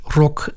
rock